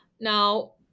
now